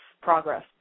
progress